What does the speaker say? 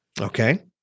Okay